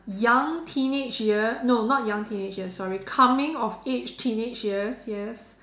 young teenage year no not young teenage years sorry coming of age teenage years yes